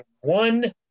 one